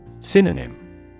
Synonym